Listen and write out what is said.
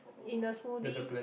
in the smoothie